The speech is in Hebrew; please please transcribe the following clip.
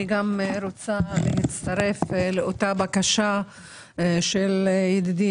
אני גם רוצה להצטרף לאותה הבקשה של ידידי,